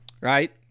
right